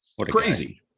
crazy